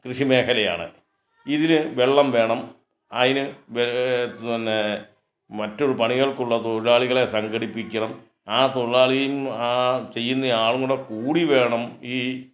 കൃഷി മേഖലയാണ് ഇതിന് വെള്ളം വേണം അതിന് പിന്നെ മറ്റു പണികൾക്കുള്ള തൊഴിലാളികളെ സംഘടിപ്പിക്കണം ആ തൊഴിലാളിയും ആ ചെയ്യുന്ന ആളും കൂടെ കൂടി വേണം ഈ